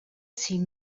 syn